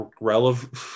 relevant